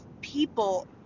people